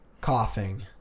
coughing